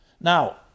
Now